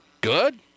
good